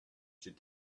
should